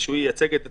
שהוא ייצג את הציבור,